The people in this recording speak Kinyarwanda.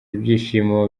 ibyishimo